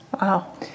Wow